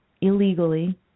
illegally